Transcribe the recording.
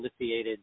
lithiated